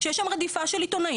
שיש שם רדיפה של עיתונאים,